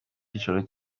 cyicaro